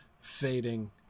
fading